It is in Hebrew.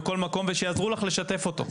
בכל מקום ושיעזרו לך לשתף אותו.